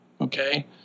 okay